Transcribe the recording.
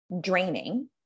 draining